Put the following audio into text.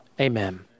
amen